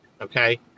okay